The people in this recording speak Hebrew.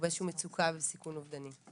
באיזושהי מצוקה וסיכון אובדני.